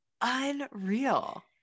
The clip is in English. unreal